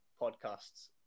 podcasts